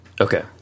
Okay